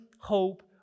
hope